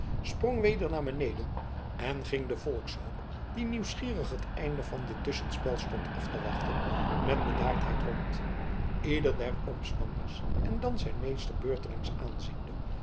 sprong weder naar beneden en ging den volkshoop die nieuwsgierig het einde van dit tusschenspel stond af te wachten met bedaardheid rond ieder der omstanders en dan zijn meester beurtelings aanziende